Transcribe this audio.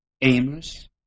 aimless